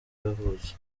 yavutse